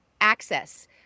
access